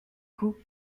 coup